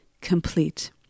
complete